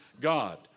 God